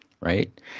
Right